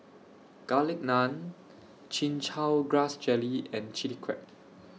Garlic Naan Chin Chow Grass Jelly and Chili Crab